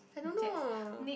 I don't know